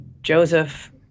Joseph